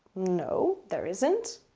no, there isn't.